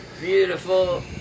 beautiful